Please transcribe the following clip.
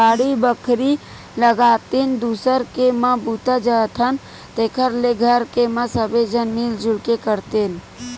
बाड़ी बखरी लगातेन, दूसर के म बूता जाथन तेखर ले घर के म सबे झन मिल जुल के करतेन